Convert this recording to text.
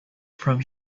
from